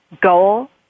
goal